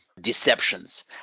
deceptions